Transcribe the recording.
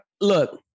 Look